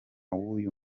w’uyu